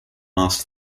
asked